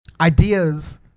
ideas